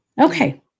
Okay